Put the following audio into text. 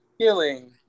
killing